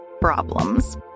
problems